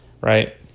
Right